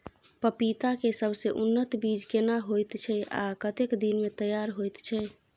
पपीता के सबसे उन्नत बीज केना होयत छै, आ कतेक दिन में तैयार होयत छै?